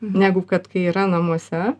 negu kad kai yra namuose